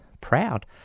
Proud